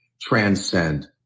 transcend